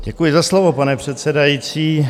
Děkuji za slovo, pane předsedající.